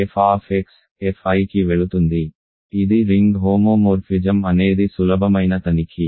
f fi కి వెళుతుంది ఇది రింగ్ హోమోమోర్ఫిజం అనేది సులభమైన తనిఖీ